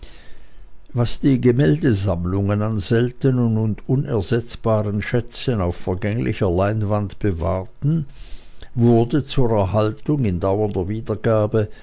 was die gemäldesammlungen an seltenen und unersetzbaren schätzen auf vergänglicher leinwand bewahrten wurde zur erhaltung in dauernder wiedergabe